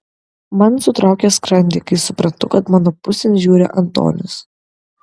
man sutraukia skrandį kai suprantu kad mano pusėn žiūri antonis